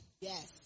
Yes